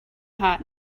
hot